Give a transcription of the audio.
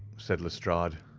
said lestrade.